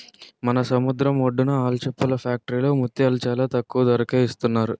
మన సముద్రం ఒడ్డున ఆల్చిప్పల ఫ్యాక్టరీలో ముత్యాలు చాలా తక్కువ ధరకే ఇస్తున్నారు